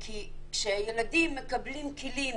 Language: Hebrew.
כי כשהילדים מקבלים כלים